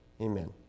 Amen